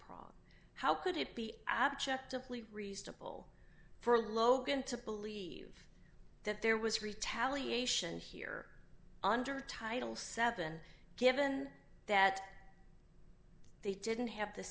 problem how could it be objectively reasonable for logan to believe that there was retaliation here under title seven given that they didn't have the